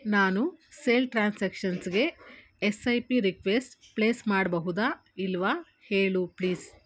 ನಾನು ಸೇಲ್ ಟ್ರಾನ್ಸಾಕ್ಷನ್ಸ್ಗೆ S I P request place ಮಾಡಬಹುದಾ ಇಲ್ಲವಾ ಹೇಳು ಪ್ಲೀಸ್